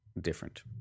different